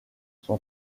son